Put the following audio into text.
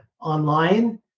online